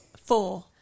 Four